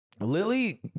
Lily